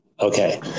okay